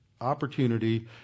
opportunity